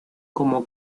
como